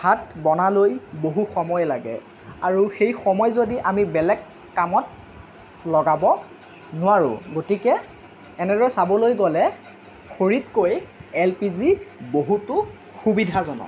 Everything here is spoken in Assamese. ভাত বনালৈ বহু সময় লাগে আৰু সেই সময় যদি আমি বেলেগ কামত লগাব নোৱাৰোঁ গতিকে এনেদৰে চাবলৈ গ'লে খৰিতকৈ এলপিজি বহুতো সুবিধাজনক